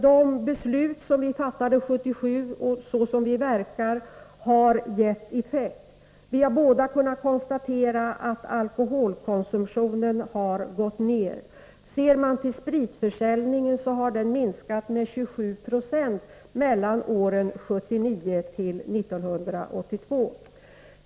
De beslut som vi fattade 1977 och det sätt vi verkar på har gett effekt. Vi har båda kunnat konstatera att alkoholkonsumtionen har gått ned. Spritförsäljningen har minskat med 27 96 mellan åren 1979 och 1982.